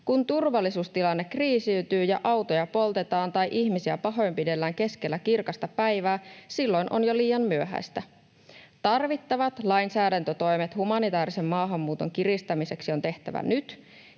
kun turvallisuustilanne kriisiytyy ja autoja poltetaan tai ihmisiä pahoinpidellään keskellä kirkasta päivää, on jo liian myöhäistä. Tarvittavat lainsäädäntötoimet humanitaarisen maahanmuuton kiristämiseksi on tehtävä nyt,